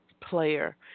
player